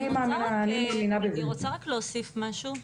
אני רוצה להוסיף משהו.